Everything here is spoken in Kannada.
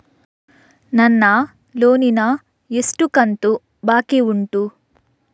ನನ್ನ ಲೋನಿನ ಎಷ್ಟು ಕಂತು ಬಾಕಿ ಉಂಟು?